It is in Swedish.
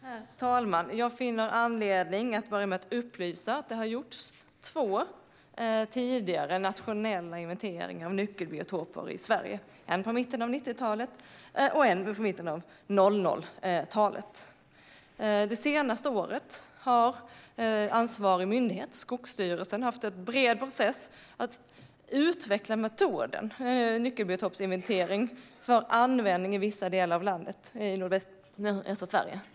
Herr talman! Jag finner anledning att börja med att upplysa om att det har gjorts två tidigare nationella inventeringar av nyckelbiotoper i Sverige, en i mitten av 90-talet och en i mitten av 00-talet. Det senaste året har ansvarig myndighet, Skogsstyrelsen, haft en bred process i fråga om att utveckla metoden, nyckelbiotopsinventering, för användning i vissa delar av landet, i nordvästra Sverige.